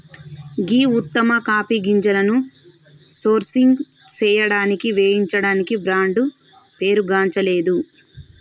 గీ ఉత్తమ కాఫీ గింజలను సోర్సింగ్ సేయడానికి వేయించడానికి బ్రాండ్ పేరుగాంచలేదు